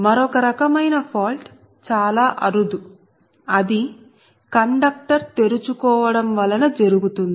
మరొక రకమైన ఫాల్ట్ చాలా అరుదు అది కండక్టర్ తెరుచుకోవడం వలన జరుగుతుంది